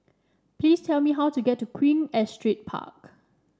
please tell me how to get to Queen Astrid Park